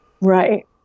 Right